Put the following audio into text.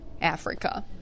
Africa